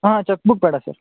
ಹಾಂ cheque book ಬೇಡ sir